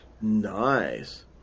Nice